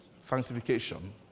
sanctification